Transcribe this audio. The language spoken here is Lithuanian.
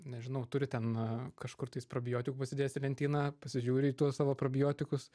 nežinau turi ten kažkur tais probiotikų pasidėjęs į lentyną pasižiūri į tuos savo probiotikus